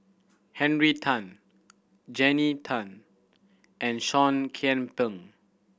Henry Tan Jannie Tay and Seah Kian Peng